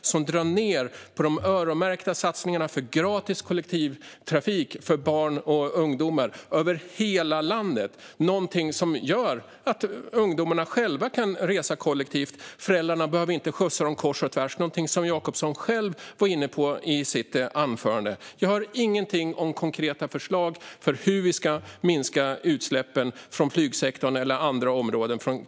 som drar ned på öronmärkta satsningar på gratis kollektivtrafik för barn och ungdomar över hela landet, som är någonting som gör att ungdomarna själva kan resa kollektivt så att föräldrarna inte behöver skjutsa dem kors och tvärs. Det är någonting som Magnus Jacobsson själv var inne på i sitt anförande. Jag hör ingenting om konkreta förslag från Kristdemokraterna om hur vi ska minska utsläppen från flygsektorn eller andra områden.